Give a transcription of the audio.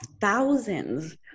thousands